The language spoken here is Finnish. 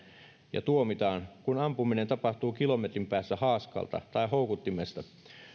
ja tuomitaan kun ampuminen tapahtuu kilometrin päässä haaskalta tai houkuttimesta